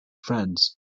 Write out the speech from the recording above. friends